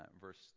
verse